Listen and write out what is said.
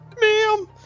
ma'am